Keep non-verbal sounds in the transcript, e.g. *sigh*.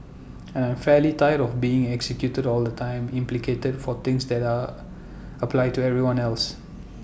and I'm fairly tired of being executed all the time implicated for things that apply to everyone else *noise*